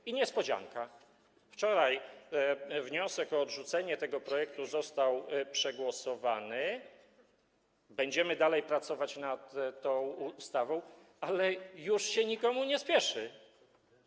I niespodzianka - wczoraj wniosek o odrzucenie tego projektu został przegłosowany, będziemy dalej pracować nad tą ustawą, ale nikomu się już nie spieszy.